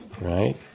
right